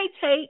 take